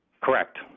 Correct